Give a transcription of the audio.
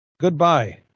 Goodbye